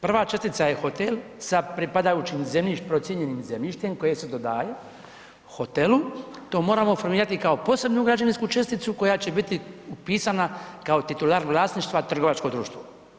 Prva čestica je hotel sa pripadajućim zemljištem, procijenjenim zemljištem koje se dodaje hotelu, to moramo formirati kao posebnu građevinsku česticu koja će biti upisana kao titular vlasništva trgovačkom društvu.